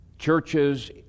Churches